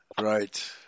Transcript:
Right